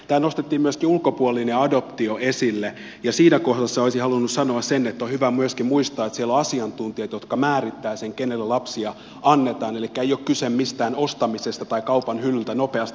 täällä nostettiin myöskin ulkopuolinen adoptio esille ja siinä kohdassa olisin halunnut sanoa sen että on hyvä myöskin muistaa että siellä on asiantuntijat jotka määrittävät sen kenelle lapsia annetaan elikkä ei ole kyse mistään ostamisesta tai kaupanhyllyltä nopeasti hakemisesta